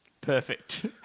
Perfect